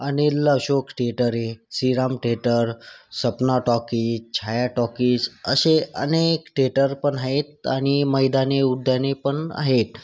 Anil Ashok theatre आहे Shriram theatre Sapna talkies Chhaya talkies असे अनेक थिएटर पण आहेत आणि मैदाने उद्याने पण आहेत